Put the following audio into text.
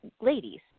ladies